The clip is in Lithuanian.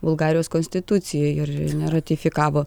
bulgarijos konstitucijai ir neratifikavo